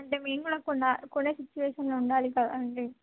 అంటే మేము కూడా కొడా కొనే సిచువేషన్లో ఉండాలి కదా అండి